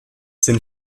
sind